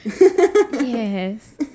Yes